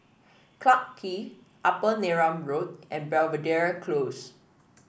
Clarke Quay Upper Neram Road and Belvedere Close